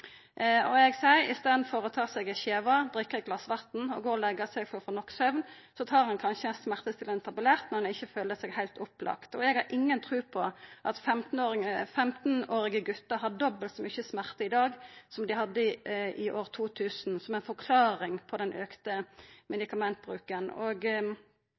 I staden for å ta seg ei skive, drikka eit glas vatn og gå og leggja seg for å få nok søvn, tar ein kanskje ein smertestillande tablett når ein ikkje føler seg heilt opplagt. Eg har inga tru på at 15-årige gutar har dobbelt så mykje smerter i dag som dei hadde i år 2000, og at det er forklaringa på den